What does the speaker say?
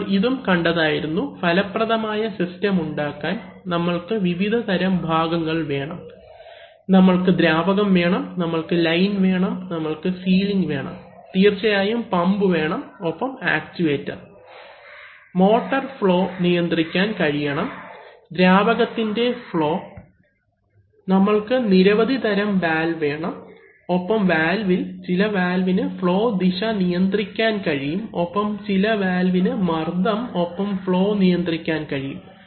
നമ്മൾ ഇതും കണ്ടായിരുന്നു ഫലപ്രദമായ സിസ്റ്റം ഉണ്ടാക്കാൻ നമ്മൾക്ക് വിവിധതരം ഭാഗങ്ങൾ വേണം നമ്മൾക്ക് ദ്രാവകം വേണം നമ്മൾക്ക് ലൈൻ വേണം നമ്മൾക്ക് സീലിങ് വേണം തീർച്ചയായും പമ്പ് വേണം ഒപ്പം ആക്ചുവെറ്റർ മോട്ടർ ഫ്ളോ നിയന്ത്രിക്കാൻ കഴിയണം ദ്രാവകത്തിൻറെ ഫ്ളോ നമ്മൾക്ക് നിരവധി തരം വാൽവ് വേണം ഒപ്പം വാൽവിൽ ചില വാൽവിന് ഫ്ളോ ദിശ നിയന്ത്രിക്കാൻ കഴിയും ഒപ്പം ചില വാൽവിന് മർദ്ദം ഒപ്പം ഫ്ളോ നിയന്ത്രിക്കാൻ കഴിയും